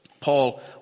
Paul